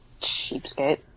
cheapskate